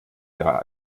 der